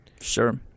Sure